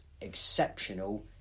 exceptional